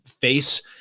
face